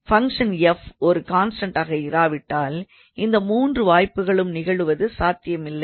function f ஒரு கான்ஸ்டண்ட்டாக இராவிட்டால் இந்த 3 வாய்ப்புக்களும் நிகழ்வது சாத்தியமில்லை